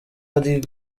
ari